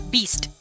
Beast